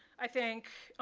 i think,